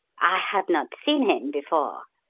i have not seen him before.